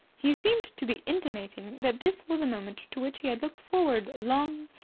he seemed to be intimating that this was a moment to which he had looked forward long,